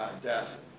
death